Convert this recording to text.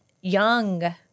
young